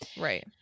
right